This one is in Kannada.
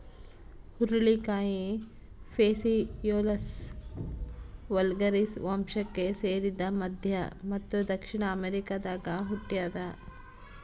ಹುರುಳಿಕಾಯಿ ಫೇಸಿಯೊಲಸ್ ವಲ್ಗ್ಯಾರಿಸ್ ವಂಶಕ್ಕೆ ಸೇರಿದ ಮಧ್ಯ ಮತ್ತು ದಕ್ಷಿಣ ಅಮೆರಿಕಾದಾಗ ಹುಟ್ಯಾದ